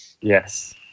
Yes